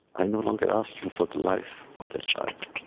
i no longer ask you for the life of that child,